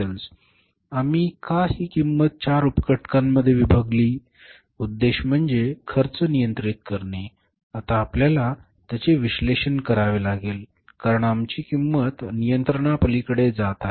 आम्ही का ही किंमत चार उपघटकांमध्ये विभागली उद्देश म्हणजे खर्च नियंत्रित करणे आता आपल्याला त्याचे विश्लेषण करावे लागेल कारण आमची किंमत नियंत्रणापलीकडे जात आहे